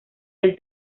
del